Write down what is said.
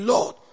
Lord